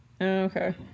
okay